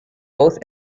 both